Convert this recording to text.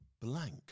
Blank